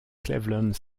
cleveland